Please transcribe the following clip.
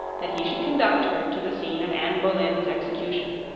that he should conduct her to the scene of anne boleyn's execution.